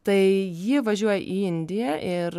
tai ji važiuoja į indiją ir